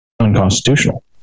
unconstitutional